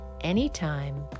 anytime